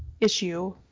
issue